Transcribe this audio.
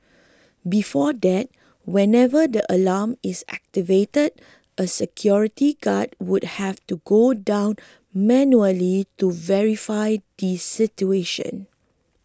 before that whenever the alarm is activated a security guard would have to go down manually to verify the situation